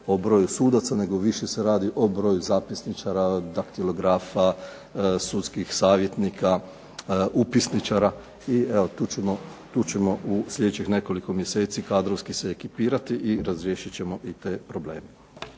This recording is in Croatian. o broju sudaca, nego više se radi o broju zapisničara, daktilografa, sudskih savjetnika, upisničara, i evo tu ćemo u sljedećih nekoliko mjeseci kadrovski se ekipirati i razriješit ćemo i te probleme.